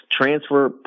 transfer